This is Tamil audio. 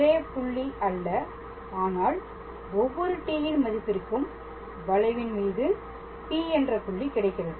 ஒரே புள்ளி அல்ல ஆனால் ஒவ்வொரு t ன் மதிப்பிற்கும் வளைவின் மீது P என்ற புள்ளி கிடைக்கிறது